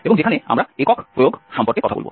এবং যেখানে আমরা একক প্রয়োগ সম্পর্কে কথা বলব